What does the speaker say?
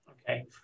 Okay